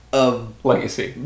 Legacy